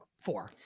Four